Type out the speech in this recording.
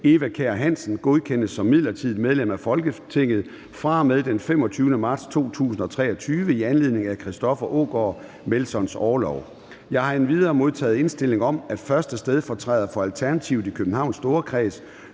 Eva Kjer Hansen, godkendes som midlertidigt medlem af Folketinget fra og med den 25. marts 2023 i anledning af Christoffer Aagaard Melsons orlov. Jeg har endvidere modtaget indstilling om, at 1. stedfortræder for Alternativet i Københavns Storkreds,